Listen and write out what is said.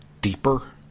deeper